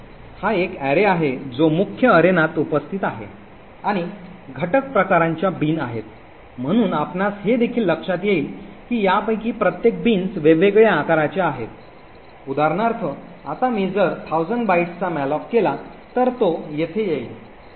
हा एक अॅरे आहे जो मुख्य अरेनात उपस्थित आहे आणि घटक प्रकारांच्या बिन आहेत म्हणून आपणास हे देखील लक्षात येईल की यापैकी प्रत्येक बीन्स वेगवेगळ्या आकाराचे आहेत उदाहरणार्थ आता मी जर 1000 बाइट्सचा मॅलोक केला तर तो येथे येईल